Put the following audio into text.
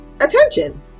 attention